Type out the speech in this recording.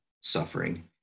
suffering